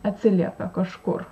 atsiliepia kažkur